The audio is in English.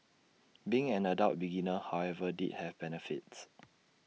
being an adult beginner however did have benefits